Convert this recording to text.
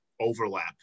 overlap